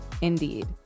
indeed